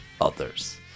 others